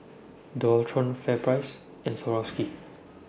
Dualtron FairPrice and Swarovski